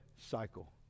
cycle